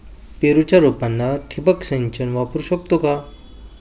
पेरूच्या रोपांना ठिबक सिंचन वापरू शकतो का?